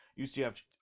UCF